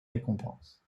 récompenses